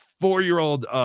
four-year-old